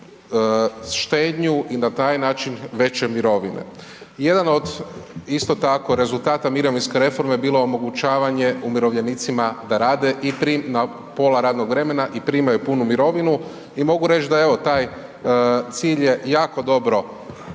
štednju i na taj način veće mirovine. Jedan od isto tako rezultata mirovinske reforme bilo je omogućavanje umirovljenicima da rade na pola radnog vremena i primaju punu mirovinu. I mogu reći da evo taj cilj je jako dobro